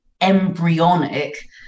embryonic